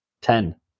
Ten